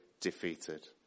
defeated